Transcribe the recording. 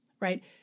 right